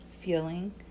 feeling